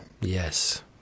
Yes